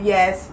Yes